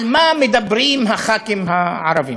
על מה מדברים הח"כים הערבים?